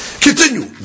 continue